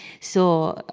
so,